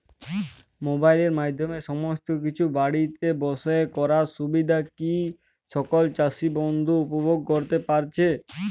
মোবাইলের মাধ্যমে সমস্ত কিছু বাড়িতে বসে করার সুবিধা কি সকল চাষী বন্ধু উপভোগ করতে পারছে?